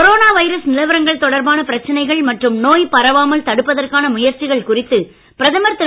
corona virus நிலவரங்கள் தொடர்பான பிரச்சனைகள் மற்றும் நோய் பரவாமல் தடுப்பதற்கான முயற்சிகள் குறித்து பிரதமர் திரு